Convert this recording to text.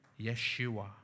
Yeshua